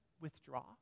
withdraw